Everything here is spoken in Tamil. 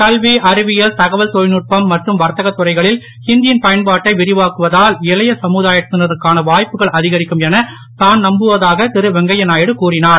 கல்வி அறிவியல் தகவல் தொழில்நுட்பம் மற்றும் வர்த்தகத் துறைகளில் ஹிந்தி யின் பயன்பாட்டை விரிவாக்குவதால் இளைய சமுதாயத்தினருக்கான வாய்ப்புகள் அதிகரிக்கும் என தாம் நம்புவதாக திருவெங்கைய நாயுடு கூறிஞர்